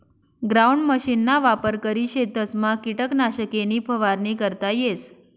ground मशीनना वापर करी शेतसमा किटकनाशके नी फवारणी करता येस